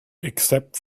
except